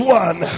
one